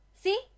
see